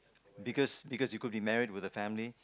because because you could be married with a family